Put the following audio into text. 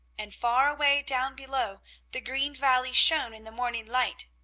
and far away down below the green valley shone in the morning light.